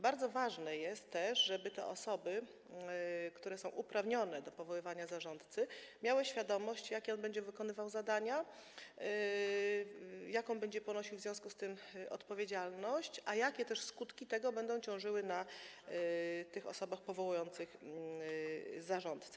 Bardzo ważne jest też to, żeby te osoby, które są uprawnione do powoływania zarządcy, miały świadomość, jakie on będzie wykonywał zadania, jaką będzie ponosił w związku z tym odpowiedzialność i jakie też skutki tego będą ciążyły na tych osobach powołujących zarządcę.